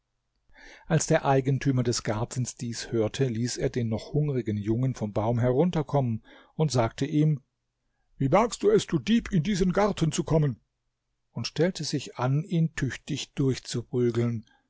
als der eigentümer des gartens dies hörte ließ er den noch hungrigen jungen vom baum herunterkommen sagte ihm wie wagst du es du dieb in diesen garten zu kommen und stellte sich an ihn tüchtig